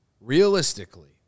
realistically